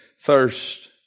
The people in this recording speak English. thirst